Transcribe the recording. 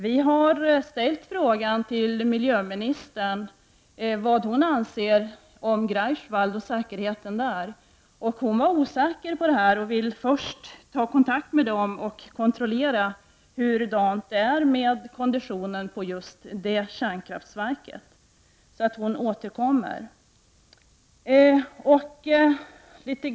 Vi ställde frågan till miljöministern vad hon ansåg om Greifswald och säkerheten där, och hon var osäker på det och ville först ta kontakt med dem och kontrollera konditionen på just det kärnkraftverket. Hon återkommer alltså.